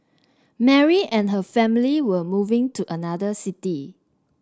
Mary and her family were moving to another city